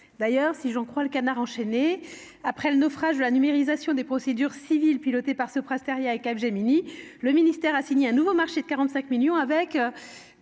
D'ailleurs, si j'en crois, « après le naufrage de la numérisation des procédures civiles pilotée par Sopra Steria et Cap Gemini, le ministère a signé un nouveau marché de 45 millions d'euros